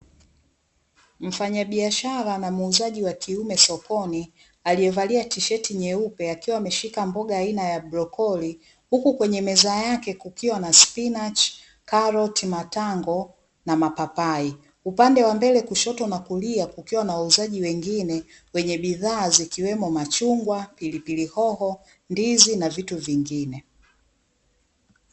Mfanyabiashara na muuzaji wa kiume sokoni aliyevalia tisheti nyeupe akiwa ameshika mboga aina ya brokoli huku kwenye meza yake kukiwa na spinachi, karoti, matango na mapapai upande wa mbele kushoto na kulia kukiwa na wauzaji wengine wenye bidhaa zikiwemo machungwa, pilipili hoho, ndizi na vitu vingine.